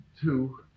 two